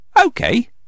okay